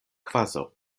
kvazaŭ